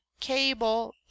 cable